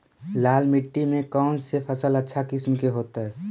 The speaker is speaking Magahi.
लाल मिट्टी में कौन से फसल अच्छा किस्म के होतै?